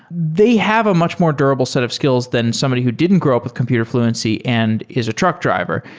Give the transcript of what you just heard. they have a much more durable set of skills than somebody who didn't grew up with computer fluency and is a truck driver.